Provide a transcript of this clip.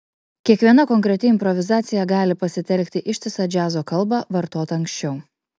kiekviena konkreti improvizacija gali pasitelkti ištisą džiazo kalbą vartotą anksčiau